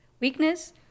weakness